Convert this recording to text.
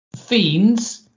fiends